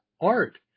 art